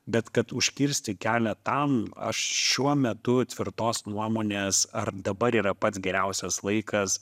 bet kad užkirsti kelią tam aš šiuo metu tvirtos nuomonės ar dabar yra pats geriausias laikas